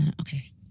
Okay